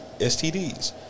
STDs